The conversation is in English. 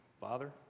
Father